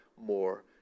more